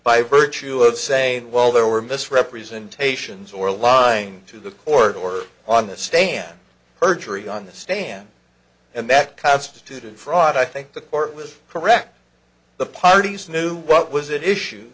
by virtue of saying well there were misrepresentations or lying to the court or on the stand perjury on the stand and that constituted fraud i think the court was correct the parties knew what was it issue